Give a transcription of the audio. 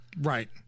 Right